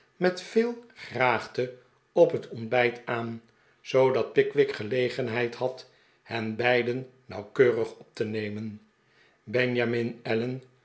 met veel graagte op het ontbijt aan zoodat pickwick gelegenheid had hen beiden nauwkeurig op te nemen benjamin allen